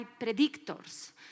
predictors